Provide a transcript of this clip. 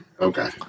Okay